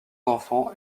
enfants